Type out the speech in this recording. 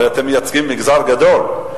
הרי אתם מייצגים מגזר גדול,